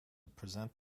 present